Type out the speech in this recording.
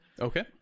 okay